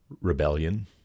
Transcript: Rebellion